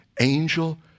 angel